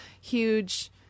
huge